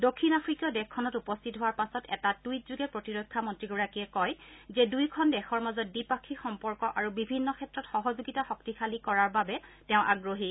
দক্ষিণ আফ্ৰিকীয় দেশখনত উপস্থিত হোৱাৰ পাছত এটা টুইটযোগে প্ৰতিৰক্ষা মন্নীগৰাকীয়ে কয় যে দুয়োখন দেশৰ মাজত দ্বিপাক্ষিক সম্পৰ্ক আৰু বিভিন্ন ক্ষেত্ৰত সহযোগিতা শক্তিশালী কৰাৰ বাবে তেওঁ আগ্ৰহী